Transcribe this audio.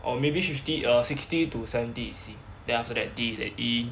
or maybe fifty err sixty to seventy is C then after that D then E